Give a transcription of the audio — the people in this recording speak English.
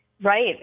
Right